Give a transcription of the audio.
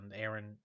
aaron